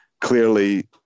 clearly